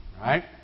right